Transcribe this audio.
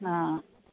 ആ